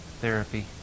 therapy